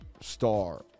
Star